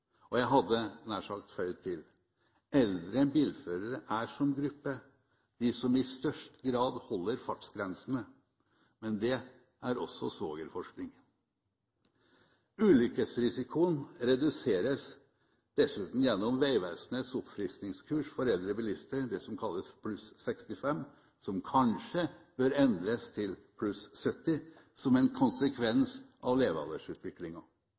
osv. Jeg hadde nær sagt føyd til: Eldre bilførere er som gruppe de som i størst grad holder fartsgrensene. Men det er også svogerforskning. Ulykkesrisikoen reduseres dessuten gjennom Vegvesenets oppfriskningskurs for eldre bilister, det som kalles «Bilfører 65+», som kanskje bør endres til «Bilfører 70+» som en konsekvens av